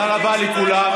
תודה רבה לכולם.